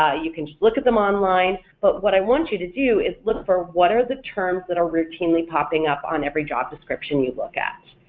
ah you can just look at them online, but what i want you to do is look for what are the terms that are routinely popping up on every job description you look at?